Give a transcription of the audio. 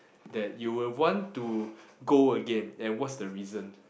that you will want to go again and what's the reason